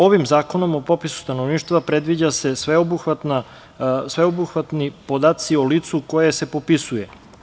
Ovim Zakonom o popisu stanovništva predviđaju se sveobuhvatni podaci o licu koje se popisuje.